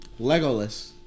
Legolas